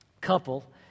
couple